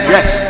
Yes